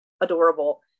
adorable